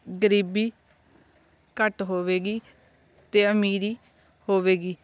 ਗਰੀਬੀ ਘੱਟ ਹੋਵੇਗੀ ਅਤੇ ਅਮੀਰੀ ਹੋਵੇਗੀ